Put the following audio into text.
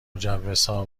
مجوزها